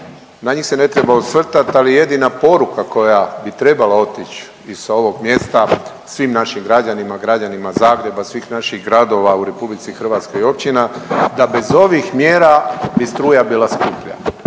Na njih se ne treba osvrtat, ali jedina poruka koja bi trebala otići i sa ovog mjesta svim našim građanima, građanima Zagreba, svih naših gradova u Republici Hrvatskoj i općina da bez ovih mjera bi struja bila skuplja.